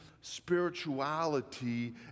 spirituality